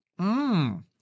Mmm